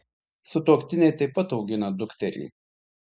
sutuoktiniai taip pat augina dukterį